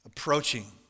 approaching